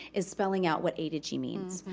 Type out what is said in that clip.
is spelling out what a to g means.